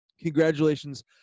congratulations